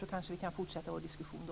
Vi kanske kan fortsätta vår diskussion då.